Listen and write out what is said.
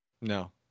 No